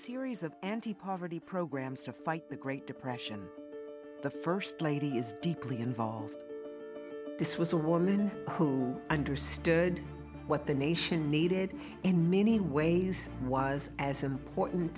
series of anti poverty programs to fight the great depression the first lady is deeply involved this was a woman who understood what the nation needed in many ways was as important